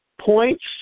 points